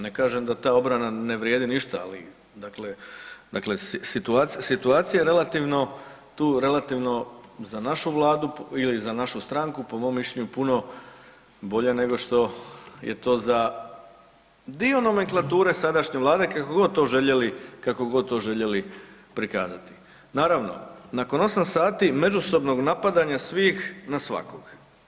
Ne kažem da ta obrana ne vrijedi ništa, ali dakle situacija je tu relativno za našu Vladu ili za našu stranku po mom mišljenju puno bolja nego što je to za dio nomenklature sadašnje Vlade kako god to željeli prikazati naravno nakon 8 sati međusobnog napadanja svih na svakog.